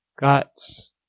guts